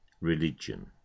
religion